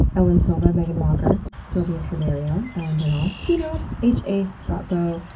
ellen silva, meagan walker, sylvia triverio, ellen durnal, tino h. a. bratbo,